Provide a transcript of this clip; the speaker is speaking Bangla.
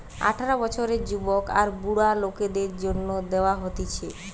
আঠারো বছরের যুবক আর বুড়া লোকদের জন্যে দেওয়া হতিছে